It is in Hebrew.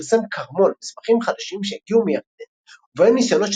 פרסם כרמון מסמכים חדשים שהגיעו מירדן ובהם ניסיונות